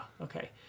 okay